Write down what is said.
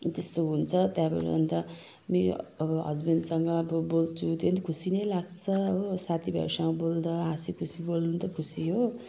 त्यस्तो हुन्छ त्यहाँबाट अनि त मेरो अब हसब्यान्डसँग अब बोल्छु त्यो नि खुसी नै लाग्छ हो साथीभाइहरूसँग बोल्दा हाँसी खुसी बोल्नु त खुसी हो